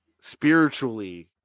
spiritually